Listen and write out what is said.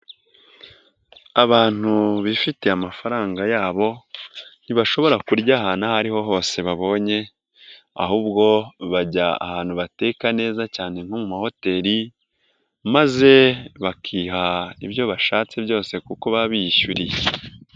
Abantu bifitiye amafaranga yabo ntibashobora kurya ahantu aho ariho hose babonye, ahubwo bajya ahantu bateka neza cyane nko mu mahoteli, maze bakiha ibyo bashatse byose kuko baba biyishyuriye.